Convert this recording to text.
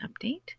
update